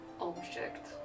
object